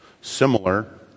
similar